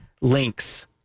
Links